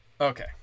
Okay